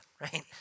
right